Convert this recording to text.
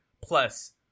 plus